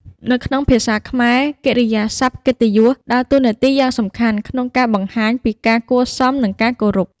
នៅក្នុងភាសាខ្មែរ កិរិយាសព្ទកិត្តិយស ដើរតួនាទីយ៉ាងសំខាន់ក្នុងការបង្ហាញពីការគួរសម និងការគោរព។